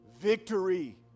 victory